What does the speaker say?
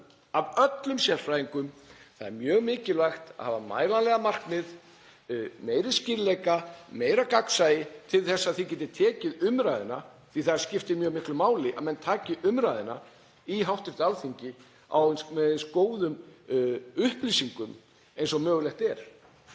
af öllum sérfræðingum: Það er mjög mikilvægt að hafa mælanleg markmið, meiri skýrleika, meira gagnsæi til þess að þið getið tekið umræðuna því að það skiptir mjög miklu máli að menn taki umræðuna í hv. Alþingi með eins góðum upplýsingum og mögulegt er.